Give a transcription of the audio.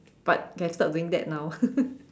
but okay I stopped doing that now